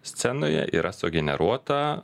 scenoje yra sugeneruota